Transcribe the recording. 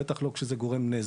בטח לא כשזה גורם נזק.